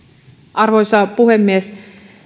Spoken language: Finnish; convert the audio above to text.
arvoisa puhemies